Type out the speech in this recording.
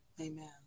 Amen